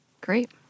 Great